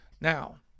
Now